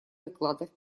докладов